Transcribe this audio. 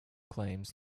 claims